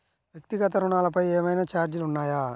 వ్యక్తిగత ఋణాలపై ఏవైనా ఛార్జీలు ఉన్నాయా?